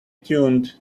tuned